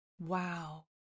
Wow